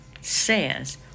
says